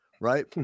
right